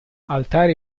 altare